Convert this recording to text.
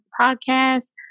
Podcast